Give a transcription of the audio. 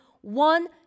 one